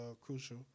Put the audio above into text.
crucial